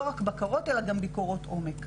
לא רק בקרות, אלא גם ביקורות עומק.